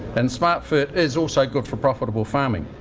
and smartfert is also good for profitable farming.